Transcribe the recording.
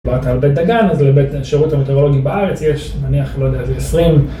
דיברת על בית דגן, אז באמת לשירות המטאורולוגי בארץ יש נניח לא יודע איזה עשרים